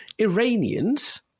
Iranians